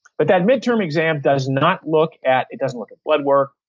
but that mid-term exam does not look at. it doesn't look at blood work.